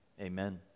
amen